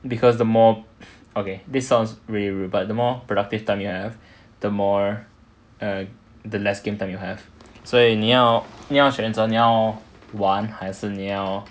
because the more okay this sounds really rude but the more productive time you have the more err the less game time you have 所以你要你要选择你要玩还是你要